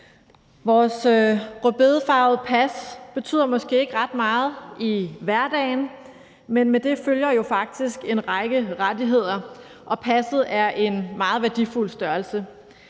Vores rødbedefarvede pas betyder måske ikke ret meget i hverdagen, men med det følger jo faktisk en række rettigheder, og passet er en meget værdifuld størrelse.